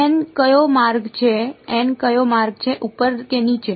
કયો માર્ગ છે કયો માર્ગ છે ઉપર કે નીચે